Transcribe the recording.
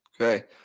Okay